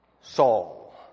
Saul